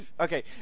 okay